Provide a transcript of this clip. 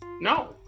No